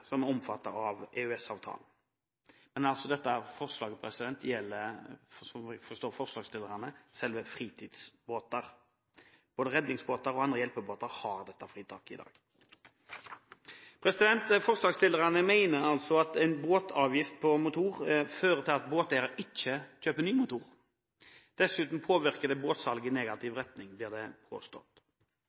som er omfattet av EØS-avtalen. Men dette forslaget gjelder, slik jeg forstår forslagsstillerne, fritidsbåter. Både rednings- og andre hjelpebåter har dette fritak i dag. Forslagsstillerne mener at en avgift på båtmotor fører til at båteiere ikke kjøper ny motor. Dessuten påvirker det båtsalget i negativ retning, blir det påstått.